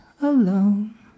alone